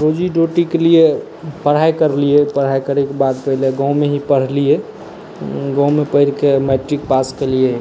रोजी रोटीकेलिए पढ़ाइ करलिए पढ़ाइ करैके बाद पहिले गाममे ही पढ़लिए गाममे पढ़िके मैट्रिक पास केलिअइ